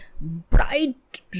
bright